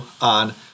on